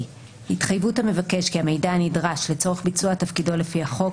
התחייבות המבקש כי המידע נדרש לצורך ביצוע תפקידו לפי החוק,